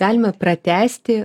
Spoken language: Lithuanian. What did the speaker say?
galima pratęsti